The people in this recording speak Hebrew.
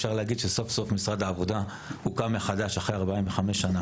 אפשר להגיד שסוף סוף משרד העבודה הוקם מחדש אחרי 45 שנה.